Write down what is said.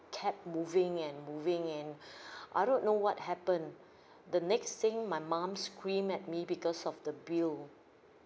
kept moving and moving and I don't know what happen the next thing my mum scream at me because of the bill